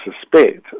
suspect